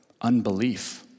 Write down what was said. Unbelief